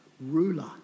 ruler